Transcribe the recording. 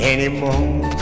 Anymore